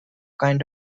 kind